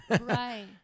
Right